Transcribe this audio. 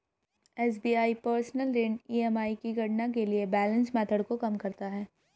SBI personal ऋण EMI की गणना के लिए बैलेंस मेथड को कम करता है